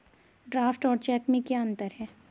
Draft और cheque में क्या अंतर है?